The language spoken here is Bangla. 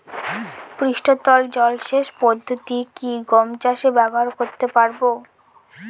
পৃষ্ঠতল জলসেচ পদ্ধতি কি গম চাষে ব্যবহার করতে পারব?